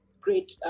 great